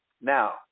Now